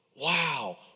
Wow